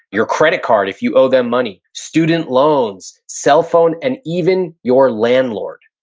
your credit card, if you owe them money. student loans, cell phone, and even your landlord.